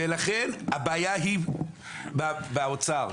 לכן, הבעיה היא באוצר.